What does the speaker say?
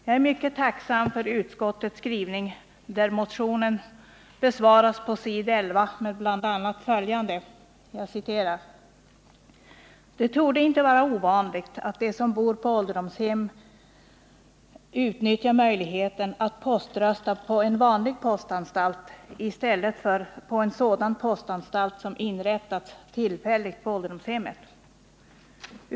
Jag är mycket tacksam för utskottets skrivning. Motionen besvaras på s. 11 med bl.a. följande: ”Det torde inte vara ovanligt att de som bor på ålderdomshem utnyttjar möjligheten att poströsta på en vanlig postanstalt i stället för på en sådan postanstalt som inrättats tillfälligt på ålderdomshemmet.